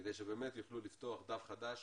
כדי שבאמת יוכלו לפתוח דף חדש